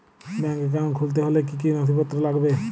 Bank account খুলতে হলে কি কি নথিপত্র লাগবে?